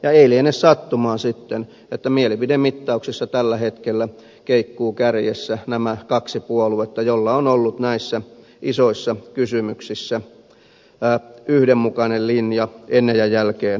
ei liene sattumaa sitten että mielipidemittauksissa tällä hetkellä keikkuvat kärjessä nämä kaksi puoluetta joilla on ollut näissä isoissa kysymyksissä yhdenmukainen linja ennen ja jälkeen vaalien